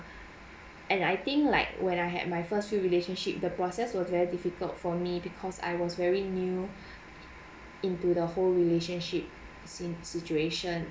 and I think like when I had my first few relationship the process will very difficult for me because I was very new into the whole relationship si~ situation